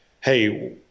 hey